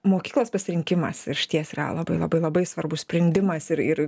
mokyklos pasirinkimas išties yra labai labai labai svarbus sprendimas ir ir